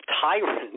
tyrant